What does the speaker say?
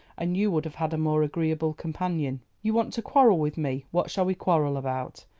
and you would have had a more agreeable companion. you want to quarrel with me what shall we quarrel about?